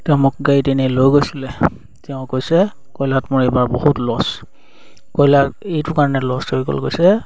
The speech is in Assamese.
তেওঁ মোক গাড়ী এনেই লৈ গৈছিলে তেওঁ কৈছে কয়লাত মোৰ এইবাৰ বহুত লছ কয়লাত এইটো কাৰণে লষ্ট হৈ গ'ল কৈছে